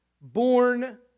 born